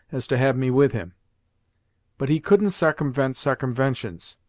as to have me with him but he couldn't sarcumvent sarcumventions,